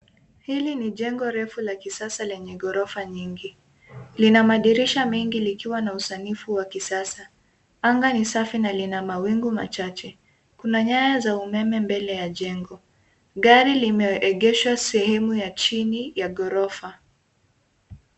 Hili ni jengo refu la kisasa lenye ghorofa nyingi. Lina madirisha mengi likiwa na usanifu wa kisasa. Anga ni safi na lina mawingu machache. Kuna nyaya za umeme mbele ya jengo. Gari limeegeshwa sehemu ya chini ya ghorofa.